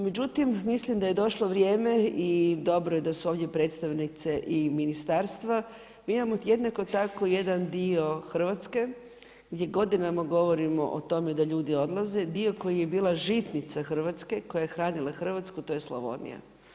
Međutim, mislim da je došlo vrijeme i dobro je da su ovdje predstavnice ministarstva, mi imamo jednako tako jedan dio Hrvatske, gdje godinama govorimo o tome da ljudi odlaze, dio koji je bila žitnica Hrvatske, koja je hranila Hrvatsku, a to je Slavonija.